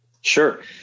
Sure